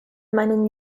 meinen